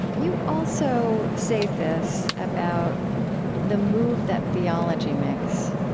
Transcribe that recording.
you also say this, about the move that theology makes,